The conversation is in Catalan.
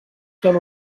són